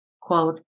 quote